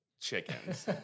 chickens